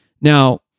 Now